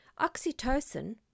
oxytocin